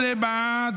17 בעד,